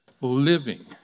living